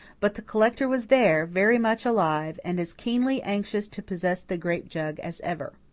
but the collector was there, very much alive, and as keenly anxious to possess the grape jug as ever.